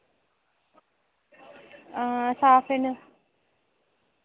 हां साफ ही न